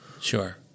Sure